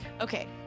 Okay